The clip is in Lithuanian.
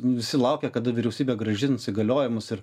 visi laukia kada vyriausybė grąžins įgaliojimus ir